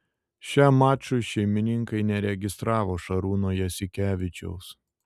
šiam mačui šeimininkai neregistravo šarūno jasikevičiaus